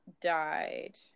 died